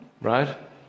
right